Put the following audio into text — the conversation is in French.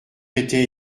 été